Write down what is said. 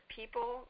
people